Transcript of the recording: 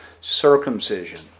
circumcision